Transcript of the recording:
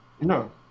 No